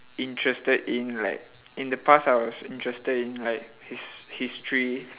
interested in like in the past I was interested in like his~ history